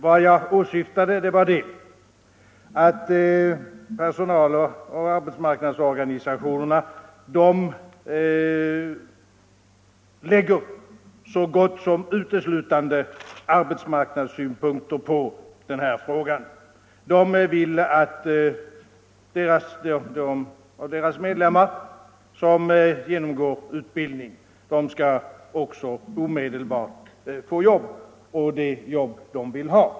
Vad jag åsyftade var att personaloch arbetsmarknadsorganisationerna lägger så gott som uteslutande arbetsmarknadssynpunkter på den här frågan. De vill att de av deras medlemmar som genomgår utbildning omedelbart skall få jobb och att de skall få de jobb som de vill ha.